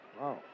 Wow